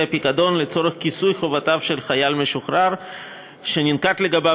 הפיקדון לצורך כיסוי חובותיו של חייל משוחרר שננקט לגביו